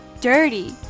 dirty